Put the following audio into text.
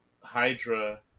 Hydra